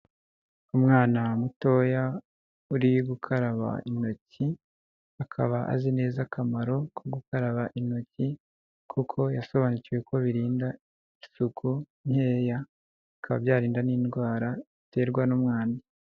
Umwana mutoya ari gukaraba intoki, akaba azi neza akamaro ko gukaraba intoki kuko yasobanukiwe ko birinda isuku nkeya bikaba byarinda n'indwara iterwa n'umwanda.